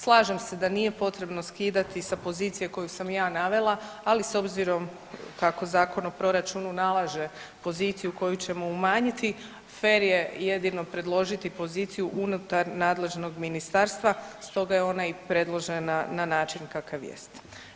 Slažem se da nije potrebno skidati sa pozicije koju sam ja navela, ali s obzirom kako Zakon o proračunu nalaže poziciju koju ćemo umanjiti, fer je jedino predložiti poziciju unutar nadležnog ministarstva, stoga je ona i predloženo na način kakav jest.